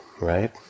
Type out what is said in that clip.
right